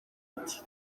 ati